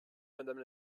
madame